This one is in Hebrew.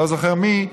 אני לא זוכר מי,